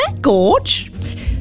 Gorge